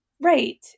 Right